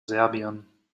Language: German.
serbien